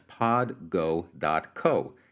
podgo.co